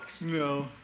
No